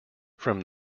from